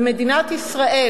ומדינת ישראל,